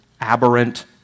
aberrant